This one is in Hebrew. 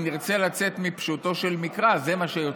אם נרצה לצאת מפשוטו של מקרא, זה מה שיוצא.